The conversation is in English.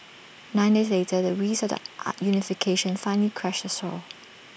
nine days later the waves of the are unification finally crashed ashore